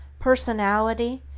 personality,